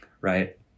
right